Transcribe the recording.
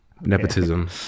Nepotism